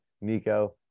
Nico